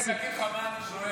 תכף אני אגיד לך מה אני שואל.